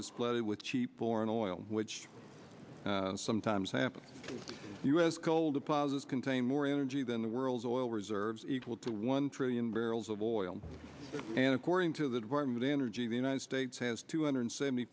is flooded with cheap foreign oil which sometimes happens u s coal deposits contain more energy than the world's oil reserves equal to one trillion barrels of oil and according to the department of energy the united states has two hundred seventy